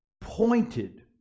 pointed